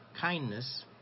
kindness